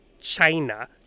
China